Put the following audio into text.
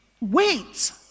Wait